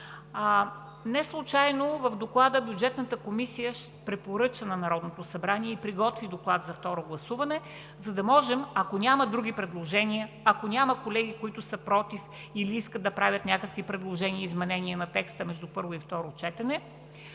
неслучайно в Доклада Бюджетната комисия препоръча на Народното събрание и приготви доклад за второ гласуване, за да можем, ако няма други предложения, ако няма колеги, които са против или искат да правят някакви предложения и изменения на текста между първо и второ четене,